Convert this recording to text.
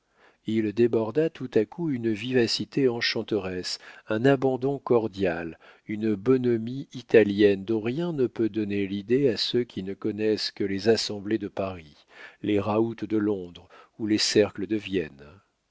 il déborda tout à coup une vivacité enchanteresse un abandon cordial une bonhomie italienne dont rien ne peut donner l'idée à ceux qui ne connaissent que les assemblées de paris les raouts de londres ou les cercles de vienne